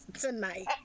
tonight